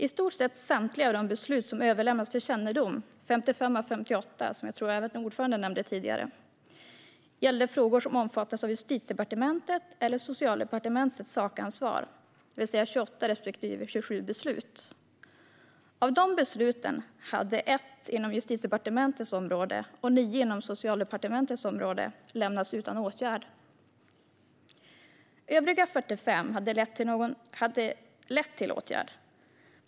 I stort sett samtliga av de beslut som överlämnats för kännedom - 55 av 58, vilket jag tror att även ordföranden nämnde tidigare - gällde frågor som omfattades av Justitiedepartementets eller Socialdepartementets sakansvar, det vill säga 28 respektive 27 beslut. Av dessa beslut hade 1 inom Justitiedepartementets område och 9 inom Socialdepartementets område lämnats utan åtgärd. Övriga 45 hade lett till åtgärd.